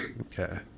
Okay